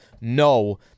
no